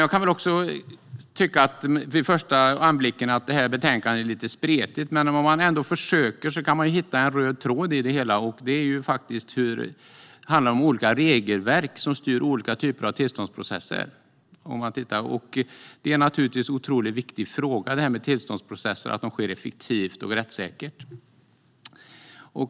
Jag kan också vid första anblicken tycka att betänkandet är lite spretigt, men om man försöker kan man hitta en röd tråd i det hela: Det handlar om olika regelverk som styr olika typer av tillståndsprocesser. Att tillståndsprocesser sker effektivt och rättssäkert är naturligtvis en otroligt viktig fråga.